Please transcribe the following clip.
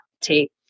take